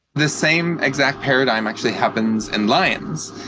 the same exact paradigm actually happens in lions.